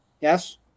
Yes